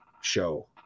show